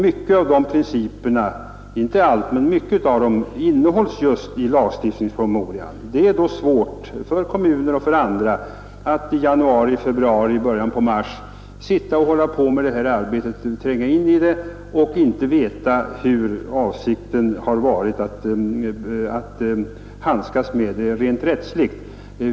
Många av principerna finns dock i lagstiftningspromemorian, och det är då svårt för kommuner och andra att i januari, februari eller början på mars tränga in i riksplanearbetet utan att veta vilken avsikt man har att rent rättsligt handskas med planförslagen.